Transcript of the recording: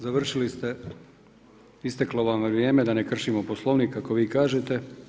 Završili ste, isteklo vam je vrijeme da ne kršimo Poslovnik kako vi kažete.